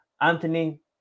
Anthony